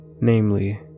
Namely